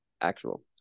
actual